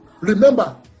remember